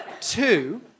Two